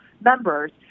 members